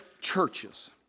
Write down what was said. churches